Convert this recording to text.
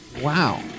Wow